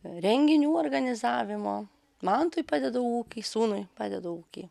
renginių organizavimo mantui padedu ūky sūnui padedu ūky